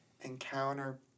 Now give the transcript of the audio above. encounter